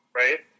right